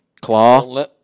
claw